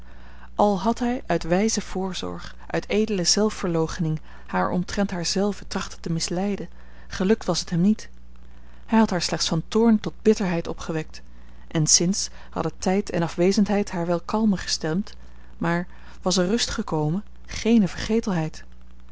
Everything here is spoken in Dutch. al had hij uit wijze voorzorg uit edele zelfverloochening haar omtrent haar zelve trachten te misleiden gelukt was het hem niet hij had haar slechts van toorn tot bitterheid opgewekt en sinds hadden tijd en afwezendheid haar wel kalmer gestemd maar was er rust gekomen geene vergetelheid